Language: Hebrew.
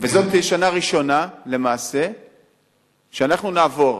וזאת תהיה השנה הראשונה למעשה שאנחנו נעבור,